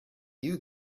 you